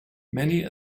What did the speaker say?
many